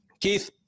Keith